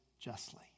justly